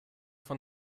von